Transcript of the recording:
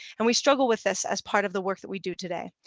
and we struggle with this as part of the work that we do today.